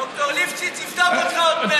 ד"ר ליפשיץ יבדוק אותך עוד מעט.